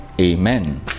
Amen